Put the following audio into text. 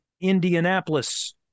Indianapolis